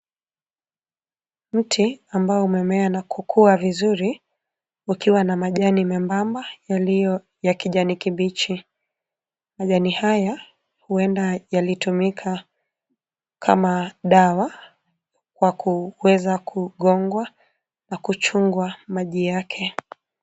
Mti ambao umemea na kukua vizuri, ukiwa na majani mebaba ya kijani kibichi majani haya huenda yalitumika kama dawa kwa kuweza kugongwa na kuchungwa maji yake.